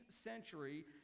century